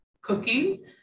cooking